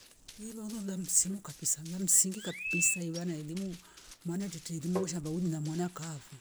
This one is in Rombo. Nilolo damsinikua kapisa na msingi kabisa iwa na elimu maana nditichi elimu washamba umla mwana kave